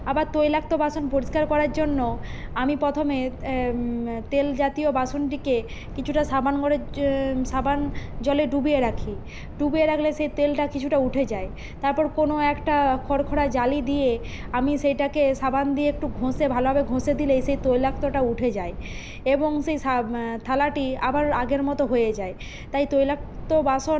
আবার তৈলাক্ত বাসন পরিষ্কার করার জন্য আমি প্রথমে তেল জাতীয় বাসনটিকে কিছুটা সাবান গুঁড়োর সাবান জলে ডুবিয়ে রাখি ডুবিয়ে রাখলে সেই তেলটা কিছুটা উঠে যায় তারপর কোনো একটা খড়খড়া জালি দিয়ে আমি সেইটাকে সাবান দিয়ে একটু ঘঁষে ভালোভাবে ঘঁষে দিলেই সেই তৈলাক্তটা উঠে যায় এবং সেই সা থালাটি আবার আগের মতো হয়ে যায় তাই তৈলাক্ত বাসন